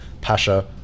Pasha